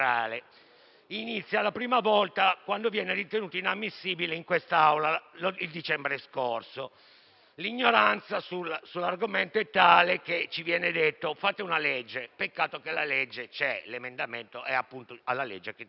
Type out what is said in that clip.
inizio, la prima volta, quando viene ritenuto inammissibile in quest'Aula nel dicembre dello scorso anno. L'ignoranza sull'argomento è tale che ci viene detto «fate una legge»; peccato che la legge c'è e l'emendamento è appunto alla legge che c'è già.